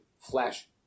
flash